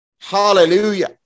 Hallelujah